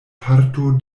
parto